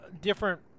different